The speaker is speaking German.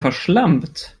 verschlampt